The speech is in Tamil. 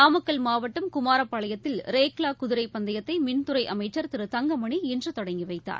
நாமக்கல் மாவட்டம் குமாரப்பாளையத்தில் ரேக்லா குதிரை பந்தயத்தை மின்துறை அமைச்சர் திரு தங்கமணி இன்று தொடங்கிவைத்தார்